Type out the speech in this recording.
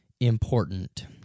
important